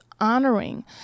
honoring